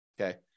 okay